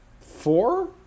four